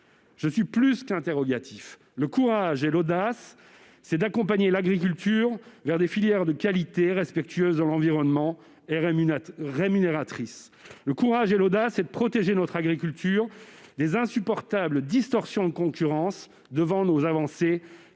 je suis plus qu'interrogatif. Le courage et l'audace, c'est d'accompagner l'agriculture vers des filières de qualité, respectueuses de l'environnement et rémunératrices. Le courage et l'audace, c'est de protéger notre agriculture des insupportables distorsions de concurrence devant nos avancées